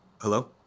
Hello